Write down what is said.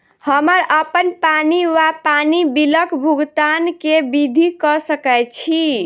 हम्मर अप्पन पानि वा पानि बिलक भुगतान केँ विधि कऽ सकय छी?